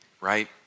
right